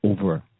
over